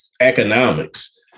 economics